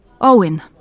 Owen